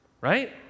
right